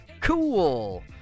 cool